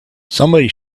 somebody